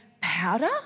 powder